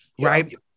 right